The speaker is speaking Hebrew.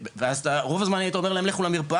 ואז רוב הזמן היית אומר להם לכו למרפאה,